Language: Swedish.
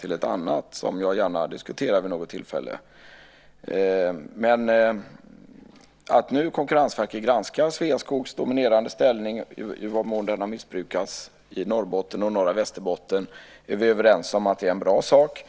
till ett annat som jag gärna diskuterar vid något tillfälle. Men att Konkurrensverket nu granskar i vad mån Sveaskog missbrukat sin ledande ställning i Norrbotten och norra Västerbotten är vi överens om är en bra sak.